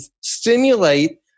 stimulate